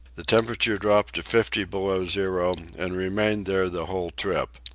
the temperature dropped to fifty below zero and remained there the whole trip.